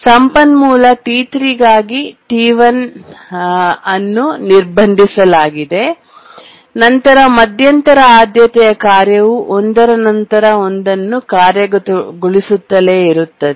ಸಂಪನ್ಮೂಲ T3 ಗಾಗಿ T1 ಅನ್ನು ನಿರ್ಬಂಧಿಸಲಾಗಿದೆ ನಂತರ ಮಧ್ಯಂತರ ಆದ್ಯತೆಯ ಕಾರ್ಯವು ಒಂದರ ನಂತರ ಒಂದನ್ನು ಕಾರ್ಯಗತಗೊಳಿಸುತ್ತಲೇ ಇರುತ್ತದೆ